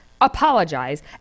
apologize